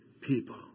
people